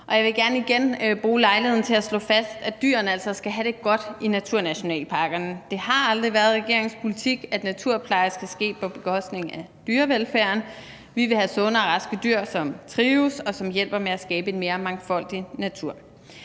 Jeg vil gerne igen bruge lejligheden til at slå fast, at dyrene altså skal have det godt i naturnationalparkerne. Det har aldrig været regeringens politik, at naturplejen skal ske på bekostning af dyrevelfærden. Vi vil have sunde og raske dyr, som trives, og som hjælper med at skabe en mere mangfoldig natur.